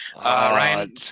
Ryan